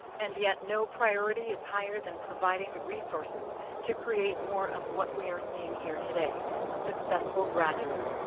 and yet, no priority is higher than providing the resources to create more of what we are seeing here today successful graduates,